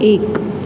એક